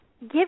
give